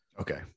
Okay